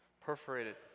perforated